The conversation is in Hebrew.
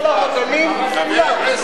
כל הרודנים כולם.